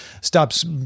stops